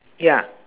ya